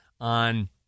on